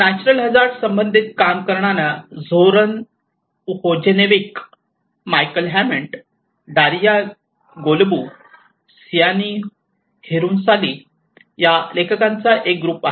natural hazard संबंधित काम करणारा Zoran Vojinovic Michael Hammond Daria Golub Sianee Hirunsalee Zoran Vojinnovic and Michael Hammond Daria Golub Sianee Hirunsalee या लेखकांचा एक group आहे